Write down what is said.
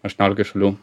aštuoniolikoj šalių